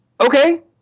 Okay